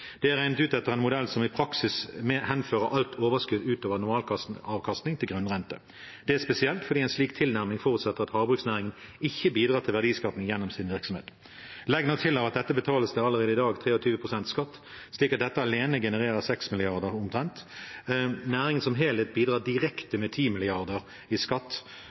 Det er regnet ut etter en modell som i praksis henfører alt overskudd utover normalavkastning til grunnrente. Det er spesielt, fordi en slik tilnærming forutsetter at havbruksnæringen ikke bidrar til verdiskaping gjennom sin virksomhet. Legg nå til at av dette betales det allerede i dag 23 pst. skatt, slik at dette alene genererer omtrent 6 mrd. kr. Næringen som helhet bidrar direkte med 10 mrd. kr i skatt,